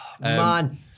Man